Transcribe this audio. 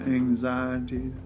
anxiety